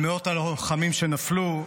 על מאות הלוחמים שנפלו,